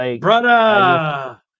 brother